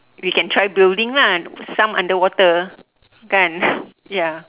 we can try building lah some underwater kan ya